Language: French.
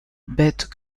bêtes